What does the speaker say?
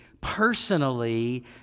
personally